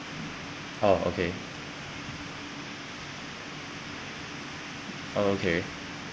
ah okay okay